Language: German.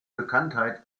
bekanntheit